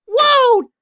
Whoa